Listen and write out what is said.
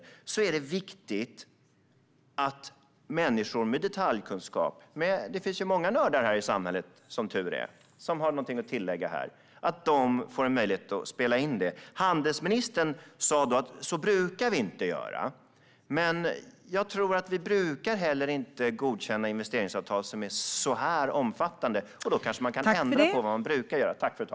Därför är det viktigt att människor med detaljkunskap - det finns ju, som tur är, många nördar här i samhället, som har något att tillägga - får en möjlighet att spela in. Handelsministern sa då att vi inte brukar göra så, men jag tror inte heller att vi brukar godkänna investeringsavtal som är så här omfattande. Då kanske man kan ändra på vad man brukar göra.